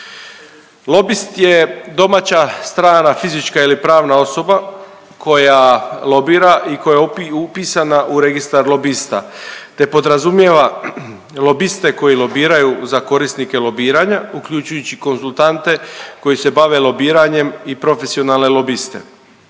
Lobist je domaća, strana fizička ili pravna osoba koja lobira i koja je upisana u registar lobista te podrazumijeva lobiste koji lobiraju za korisnike lobiranja, uključujući konzultante koji se bave lobiranjem i profesionalne lobiste,